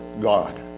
God